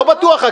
לא בטוח.